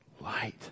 light